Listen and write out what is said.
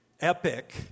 epic